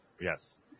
Yes